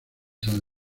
san